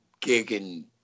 gigging